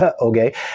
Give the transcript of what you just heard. Okay